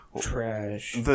Trash